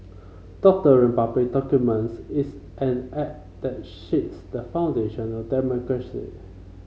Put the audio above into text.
doctoring public documents is an act that shakes the foundation of democracy